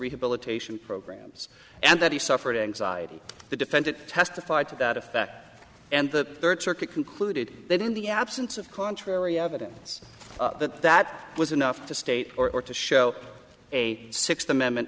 rehabilitation programs and that he suffered anxiety the defendant testified to that effect and the third circuit concluded that in the absence of contrary evidence that that was enough to state or to show a sixth amendment